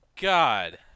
God